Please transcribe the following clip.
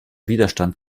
widerstand